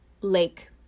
lake